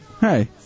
Hey